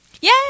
Yay